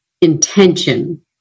intention